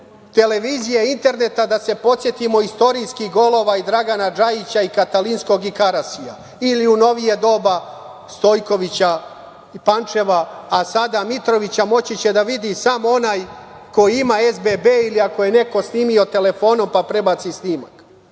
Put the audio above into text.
televizije i interneta da se podsetimo istorijskih golova i Dragana Džajića, Katalinskog i Karasija, ili u novije doba, Stojkovića, Pančeva, a sada Mitrovića, moći će da vidi samo onaj koji ima SBB, ili ako je neko snimio telefonom, pa prebaci snimak. Dakle,